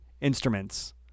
instruments